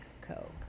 coke